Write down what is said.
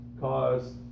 cause